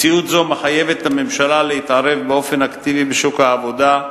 מציאות זו מחייבת את הממשלה להתערב באופן אקטיבי בשוק העבודה,